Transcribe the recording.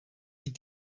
die